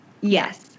Yes